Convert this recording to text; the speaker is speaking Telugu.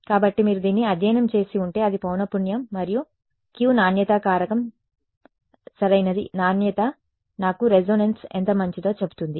కాబట్టి మీరు దీన్ని అధ్యయనం చేసి ఉంటే అది పౌనఃపున్యం మరియు Q నాణ్యతా కారకం సరైనది నాణ్యత నాకు రెసోనాన్స్ ఎంత మంచిదో చెబుతుంది